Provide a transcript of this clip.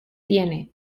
tiene